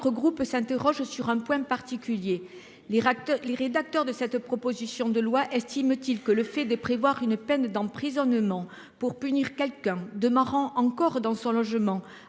groupe s'interroge sur un point particulier, l'Irak, les rédacteurs de cette proposition de loi, estime-t-il que le fait de prévoir une peine d'emprisonnement pour punir quelqu'un de marrant encore dans son logement